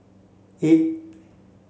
eight